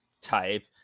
type